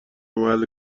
محل